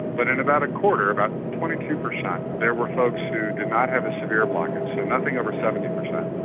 but in about a quarter, about twenty two percent there were folks who did not have a severe blockage, so nothing over seventy percent,